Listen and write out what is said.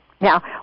Now